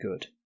good